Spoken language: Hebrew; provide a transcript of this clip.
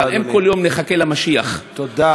אבל אם כל יום נחכה לאדוני, תודה, אדוני.